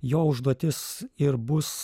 jo užduotis ir bus